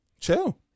chill